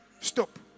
stop